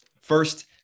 First